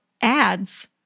ads